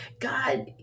God